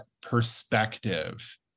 perspective